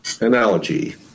Analogy